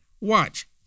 Watch